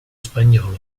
spagnolo